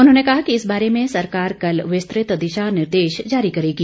उन्होंने कहा कि इस बारे में सरकार कल विस्तृंत दिशा निर्देश जारी करेगी